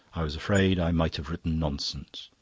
i was afraid i might have written nonsense.